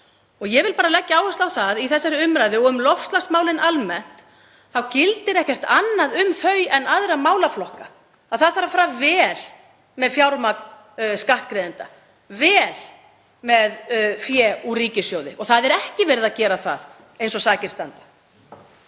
Ég vil bara leggja áherslu á það í þessari umræðu og um loftslagsmálin almennt að um þau gildir ekkert annað en um aðra málaflokka: Það þarf að fara vel með fjármagn skattgreiðenda, vel með fé úr ríkissjóði. Það er ekki verið að gera það eins og sakir standa.